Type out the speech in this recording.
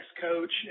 coach